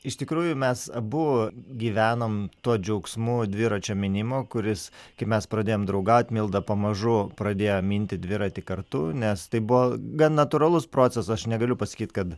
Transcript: iš tikrųjų mes abu gyvenom tuo džiaugsmu dviračio mynimo kuris kai mes pradėjom draugaut milda pamažu pradėjo minti dviratį kartu nes tai buvo gan natūralus procesas aš negaliu pasakyt kad